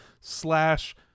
slash